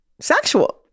sexual